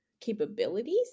capabilities